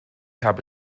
habe